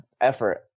effort